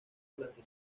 durante